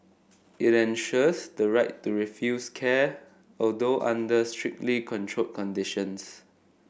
it enshrines the right to refuse care although under strictly controlled conditions